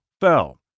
fell